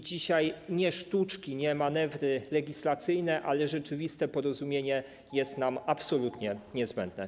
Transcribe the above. Dzisiaj nie sztuczki, nie manewry legislacyjne, ale rzeczywiste porozumienie jest nam absolutnie niezbędne.